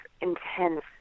intense